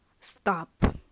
Stop